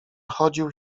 chodził